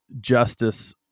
justice